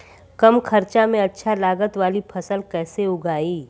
कम खर्चा में अच्छा लागत वाली फसल कैसे उगाई?